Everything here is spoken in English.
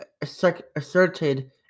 asserted